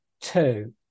two